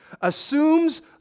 assumes